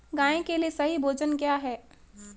गाय के लिए सही भोजन क्या है?